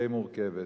די מורכבת.